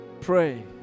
pray